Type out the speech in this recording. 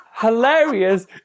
hilarious